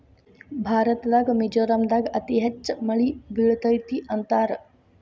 ಭಾರತದಾಗ ಮಿಜೋರಾಂ ದಾಗ ಅತಿ ಹೆಚ್ಚ ಮಳಿ ಬೇಳತತಿ ಅಂತಾರ